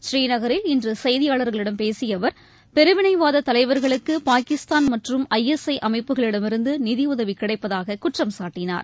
ஸ்ரீநகரில் இன்று செய்தியாளர்களிடம் பேசிய அவர் பிரிவினைவாத தலைவர்களுக்கு பாகிஸ்தான் மற்றும் ஐஎஸ்ஐ அமைப்புகளிடமிருந்து நிதியுதவி கிடைப்பதாக குற்றம் சாட்டினார்